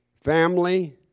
family